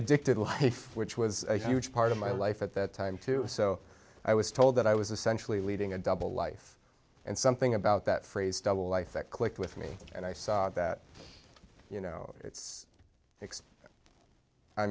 addicted life which was a huge part of my life at that time too so i was told that i was essentially leading a double life and something about that phrase double life that clicked with me and i saw that you know it's